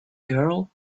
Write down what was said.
girl